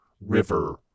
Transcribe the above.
river